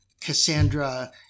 Cassandra